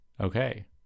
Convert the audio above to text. Okay